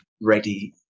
ready